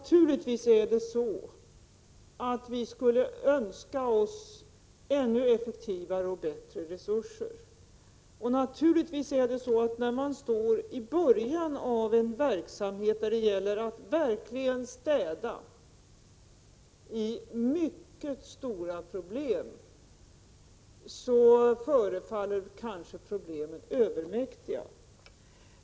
Herr talman! Naturligtvis skulle vi önska oss ännu effektivare och bättre resurser. När man står i början av en verksamhet och det gäller att verkligen städa i mycket stora problem förefaller kanske problemen övermäktiga.